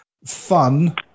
Fun